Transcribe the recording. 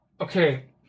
Okay